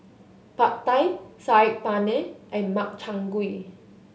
Pad Thai Saag Paneer and Makchang Gui